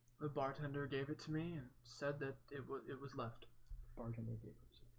the bartender gave it to me and said that it was it was left or candy gators